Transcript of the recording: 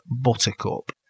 Buttercup